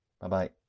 Bye-bye